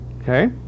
Okay